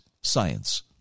science